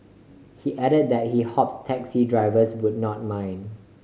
he added that he hoped taxi drivers would not mind